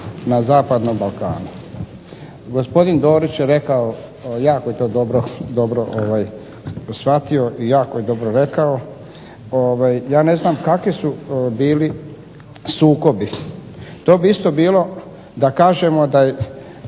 na zapadnom Balkanu. Gospodin Dorić je rekao jako je to dobro shvatio i jako je dobro rekao. Ja ne znam kaki su bili sukobi. To bi isto bilo da kažemo da je